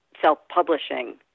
self-publishing